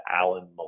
Alan